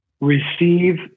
receive